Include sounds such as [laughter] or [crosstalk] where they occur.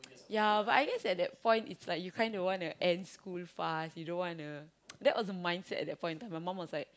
ya but I guess at that point it's like you kinda want to end school fast you don't wanna [noise] that was the mindset at that point of time my mum was like